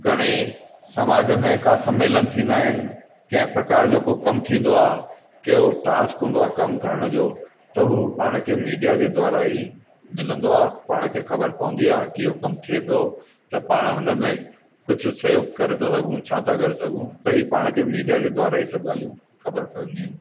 घणेई समाज में का सम्मेलनु थींदा आहिनि कंहिं प्रकार जो को कमु थींदो आहे के टास्क हूंदो आहे कमु करण जो त हू पाण खे मीडिया जे द्वारा ई मिलंदो आहे पाण खे ख़बर पवंदी आहे की हूअ कमु थिए पियो त पाण उनमें कुझु सहयोगु करे था सघूं छा था करे सघूं था ही पाण खे मीडिया जे द्वारा हीअ सभु ॻाल्हयूं ख़बर पवंदियुनि